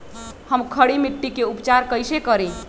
हम खड़ी मिट्टी के उपचार कईसे करी?